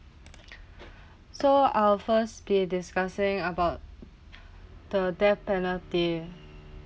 so I'll first be discussing about the death penalty